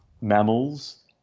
mammals